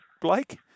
Blake